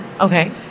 Okay